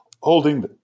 holding